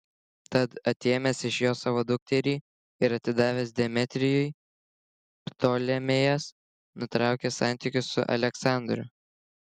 tad atėmęs iš jo savo dukterį ir atidavęs demetrijui ptolemėjas nutraukė santykius su aleksandru